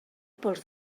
pols